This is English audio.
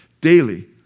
daily